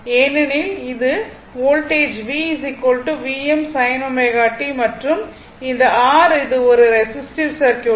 ஏனெனில் இது voltage V Vm sin ω t மற்றும் இந்த R இது ஒரு ரெசிஸ்டிவ் சர்க்யூட்